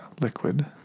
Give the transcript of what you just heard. liquid